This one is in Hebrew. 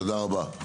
תודה רבה.